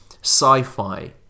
sci-fi